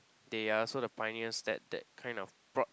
they are also the pioneers that that kind of brought